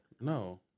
No